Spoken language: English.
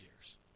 years